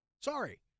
Sorry